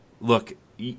look